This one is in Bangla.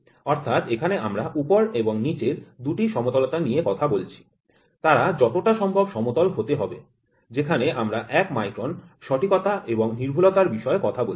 অর্থাৎ এখানে আমরা উপর এবং নিচের দুটি সমতলতা নিয়ে কথা বলছি তারা যতটা সম্ভব সমতল হতে হবে যেখানে আমরা এক মাইক্রন সঠিকতা এবং নির্ভুলতার বিষয়ে কথা বলছি